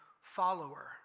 follower